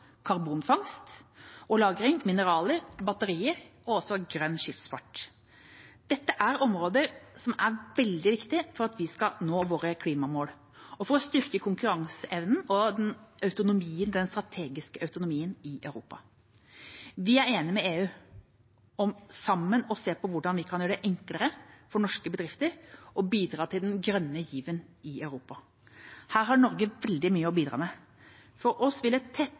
karbonfangst og -lagring, mineraler, batterier og grønn skipsfart. Dette er områder som er veldig viktige for å nå våre klimamål, og for å styrke konkurranseevnen og den strategiske autonomien i Europa. Vi er enige med EU om sammen å se på hvordan vi kan gjøre det enklere for norske bedrifter å bidra til den grønne given i Europa. Her har Norge veldig mye å bidra med. For oss vil et